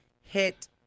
hit